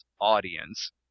audience